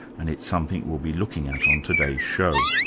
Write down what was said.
and it's something we'll be looking at on today's show,